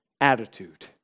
attitude